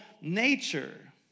nature